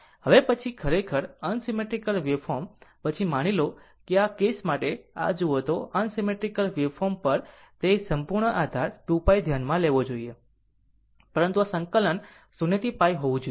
હવે પછી ખરેખર અનસિમેંટ્રીકલ વેવફોર્મ પછી માની લો કે આ કેસ માટે જો આ જુઓ તો અનસિમેંટ્રીકલ વેવફોર્મ વેવ પર તે સંપૂર્ણ આધાર 2π ધ્યાનમાં લેવો જોઈએ પરંતુ આ સંકલન 0 to π હોવું જોઈએ